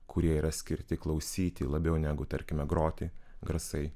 kurie yra skirti klausyti labiau negu tarkime groti garsai